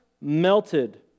melted